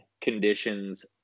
conditions